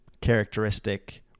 characteristic